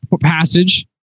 passage